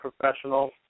professional